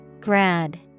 Grad